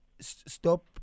Stop